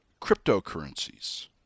cryptocurrencies